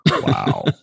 Wow